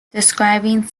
describing